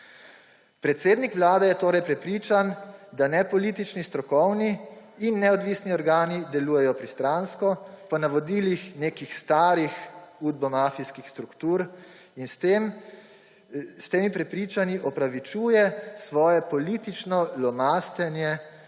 Predsednik Vlade je torej prepričan, da nepolitični strokovni in neodvisni organi delujejo pristransko po navodilih nekih starih udbomafijskih struktur. S temi prepričanji opravičuje svoje politično lomastenje